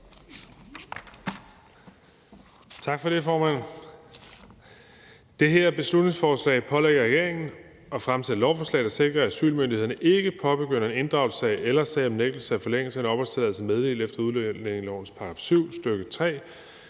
Tak for ordet, formand.